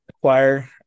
acquire